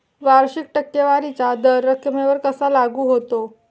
वार्षिक टक्केवारीचा दर रकमेवर कसा लागू होतो?